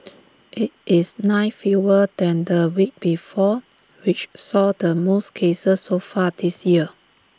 IT is nine fewer than the week before which saw the most cases so far this year